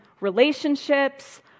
relationships